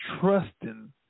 trusting